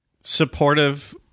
supportive